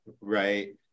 right